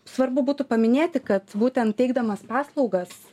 svarbu būtų paminėti kad būtent teikdamas paslaugas